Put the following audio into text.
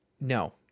No